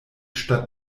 statt